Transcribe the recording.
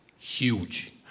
Huge